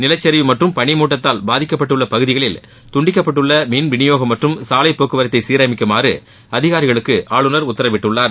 நிலச்சரிவு மற்றும் பனி மூட்டத்தால் பாதிக்கப்பட்டுள்ள பகுதிகளில் துண்டிக்கப்பட்டுள்ள மின் வினியோகம் மற்றும் சாலை போக்குவரத்தை சீரமைக்குமாறு அதிகாரிகளுக்கு ஆளுநர் உத்தரவிட்டுள்ளார்